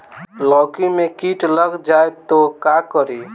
लौकी मे किट लग जाए तो का करी?